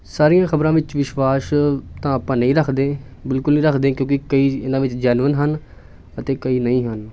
ਸਾਰੀਆਂ ਖਬਰਾਂ ਵਿੱਚ ਵਿਸ਼ਵਾਸ ਤਾਂ ਆਪਾਂ ਨਹੀਂ ਰੱਖਦੇ ਬਿਲਕੁਲ ਨਹੀਂ ਰੱਖਦੇ ਕਿਉਂਕਿ ਕਈ ਇਹਨਾਂ ਵਿੱਚ ਜੈਨੀਉਨ ਹਨ ਅਤੇ ਕਈ ਨਹੀਂ ਹਨ